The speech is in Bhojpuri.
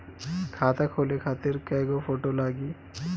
खाता खोले खातिर कय गो फोटो लागी?